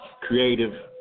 creative